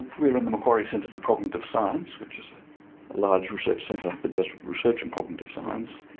we're in the macquarie centre for cognitive science, which is a large research centre that does research in cognitive science.